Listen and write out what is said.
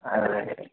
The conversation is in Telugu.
అలాగే